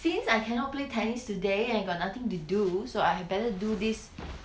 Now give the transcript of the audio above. since I cannot play tennis today I got nothing to do so I better do this